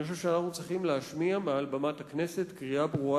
אני חושב שכולנו צריכים להשמיע מעל במת הכנסת קריאה ברורה